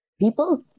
people